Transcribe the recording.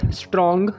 strong